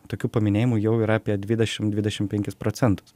tokių paminėjimų jau yra apie dvidešim dvidešim penkis procentus